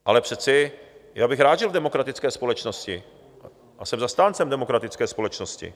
Ale přece já bych rád žil v demokratické společnosti a jsem zastáncem demokratické společnosti.